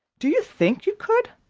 do you think you could?